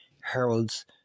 heralds